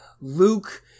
Luke